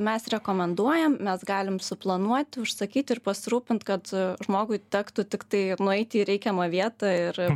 mes rekomenduojam mes galim suplanuoti užsakyti ir pasirūpint kad žmogui tektų tiktai nueiti į reikiamą vietą ir